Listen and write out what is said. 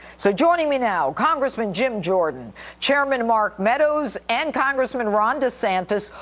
so joining me now, congressman jim jordan chairman mark meadows and congressman ron desantis,